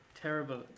terrible